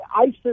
ISIS